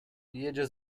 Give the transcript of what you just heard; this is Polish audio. jedzie